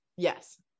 yes